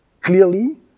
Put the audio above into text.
clearly